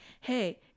hey